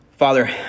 Father